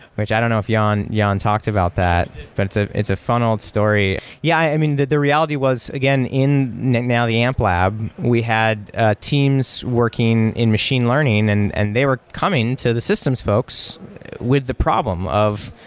which i don't know if ion yeah and talked about that. but it's ah it's a fun old story. yeah, i mean the the reality was, again now the amplab, we had ah teams working in machine learning and and they were coming to the systems folks with the problem of,